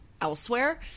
elsewhere